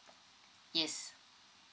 yes